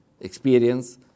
experience